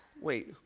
wait